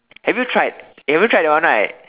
have you tried eh haven't tried that one right